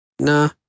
Nah